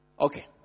Okay